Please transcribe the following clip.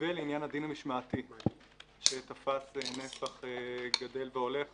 ולעניין הדין המשמעתי שתפס נפח גדל והולך